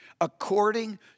According